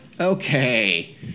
okay